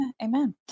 Amen